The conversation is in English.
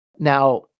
Now